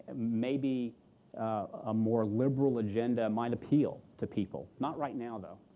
maybe a more liberal agenda might appeal to people. not right now, though.